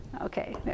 Okay